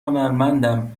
هنرمندم